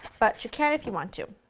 but you can if you want to.